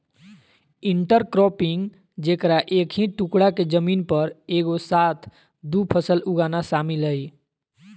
intercropping जेकरा एक ही टुकडा के जमीन पर एगो साथ दु फसल उगाना शामिल हइ